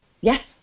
Yes